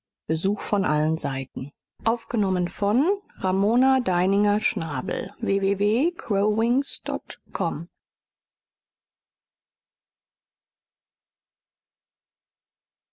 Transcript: von allen seiten